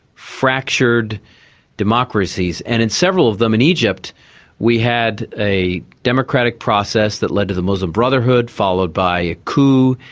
fractured democracies. and in several of them, in egypt we had a democratic process that led to the muslim brotherhood, followed by a coup.